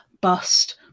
bust